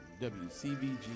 WCBG